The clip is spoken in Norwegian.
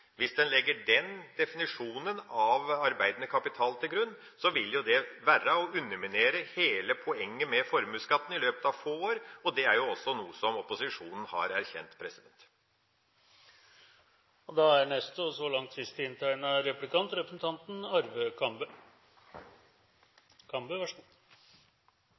Hvis en legger den definisjonen av arbeidende kapital til grunn, vil det være å underminere hele poenget med formuesskatten i løpet av få år, og det er også noe som opposisjonen har erkjent. Jeg velger å referere til en blogger i denne replikken, nemlig Silje Vallestad, som har startet opp Bipper, et norsk teknologiselskap. Hun skriver under overskriften «Hjelp – jeg er